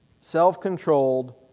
Self-controlled